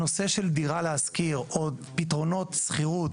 הנושא של דירה להשכיר או פתרונות שכירות